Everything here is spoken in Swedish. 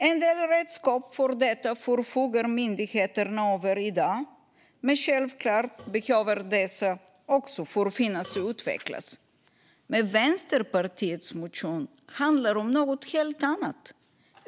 En del redskap för detta förfogar myndigheterna över i dag, men självklart behöver dessa förfinas och utvecklas. Men Vänsterpartiets motion handlar om något helt annat.